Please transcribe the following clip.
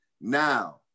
Now